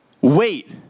Wait